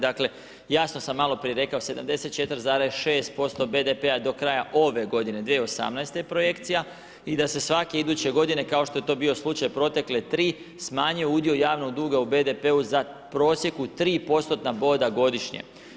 Dakle, jasno sam maloprije rekao 74,6% BDP-a do kraja ove godine 2018. je projekcija i da se svake iduće godine kao što je to bio slučaj protekle 3 smanjio udio javnog duga u BDP-a za u prosjeku 3%-tna boda godišnje.